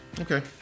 Okay